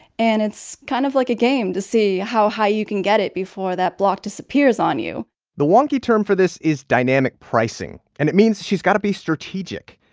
and it's kind of like a game to see how high you can get it before that block disappears on you the wonky term for this is dynamic pricing, and it means she's got to be strategic.